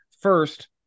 First